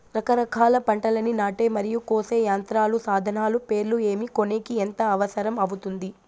రకరకాల పంటలని నాటే మరియు కోసే యంత్రాలు, సాధనాలు పేర్లు ఏమి, కొనేకి ఎంత అవసరం అవుతుంది?